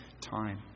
time